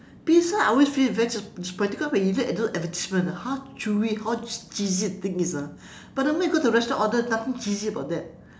pizza I always feel very when you look at those advertisement how chewy how ch~ cheesy the things is ah but the moment you go to restaurant order nothing cheesy about that